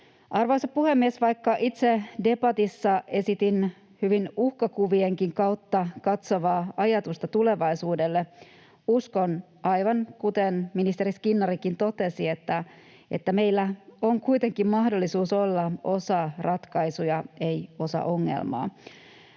Arvoisa puhemies! Vaikka itse debatissa esitin hyvin uhkakuvienkin kautta katsovaa ajatusta tulevaisuudelle, niin uskon — aivan kuten ministeri Skinnarikin totesi — että meillä on kuitenkin mahdollisuus olla osa ratkaisuja eikä osa ongelmaa,